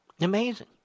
amazing